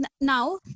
now